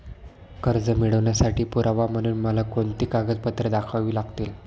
कर्ज मिळवण्यासाठी पुरावा म्हणून मला कोणती कागदपत्रे दाखवावी लागतील?